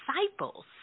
disciples